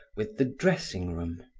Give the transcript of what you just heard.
with the dressing room.